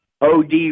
od